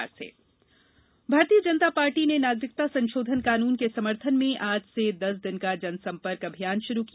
भाजपा जनसंपर्क भारतीय जनता पार्टी नागरिकता संशोधन कानून के समर्थन में आज से दस दिन का जनसम्पर्क अभियान शुरू किया